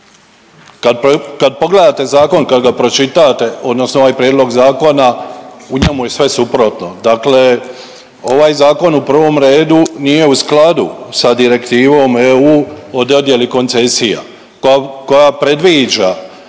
Kad pogledate zakon, kad ga pročitate, odnosno ovaj prijedlog zakona u njemu je sve suprotno. Dakle, ovaj zakon u prvom redu nije u skladu sa Direktivom EU o dodjeli koncesija koja predviđa